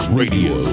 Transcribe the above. radio